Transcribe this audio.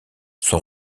son